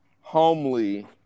homely